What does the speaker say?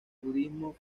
budismo